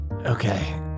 Okay